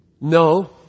No